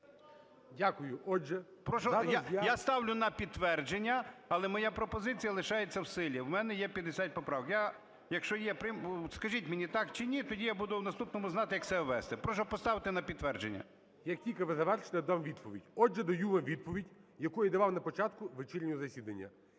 я ставлю на підтвердження, але моя пропозицію лишається в силі. В мене є 50 поправок, я… якщо, скажіть мені – так чи ні, тоді я буду в наступному знати, як себе вести. Прошу поставити на підтвердження. ГОЛОВУЮЧИЙ. Як тільки ви завершите, я дам відповідь. Отже, даю вам відповідь, яку я давав на початку вечірнього засідання.